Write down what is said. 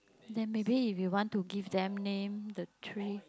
then maybe if you want to give them name the three